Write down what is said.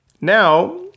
Now